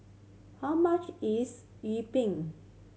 how much is yi